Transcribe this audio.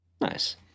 Nice